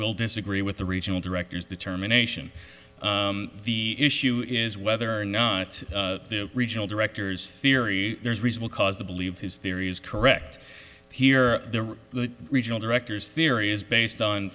will disagree with the regional directors determination the issue is whether or not the regional directors theory there's reasonable cause to believe his theory is correct here or there are regional directors theory is based on